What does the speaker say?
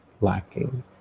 lacking